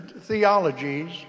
theologies